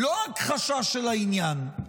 לא הכחשה של העניין,